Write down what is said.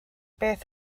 beth